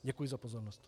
Děkuji za pozornost.